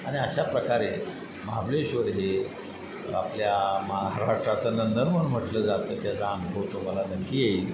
आणि अशा प्रकारे महाबळेश्वर हे आपल्या महाराष्ट्राचं नंदनवन म्हटलं जातं त्याचा अनुभव तुम्हाला नक्की येईल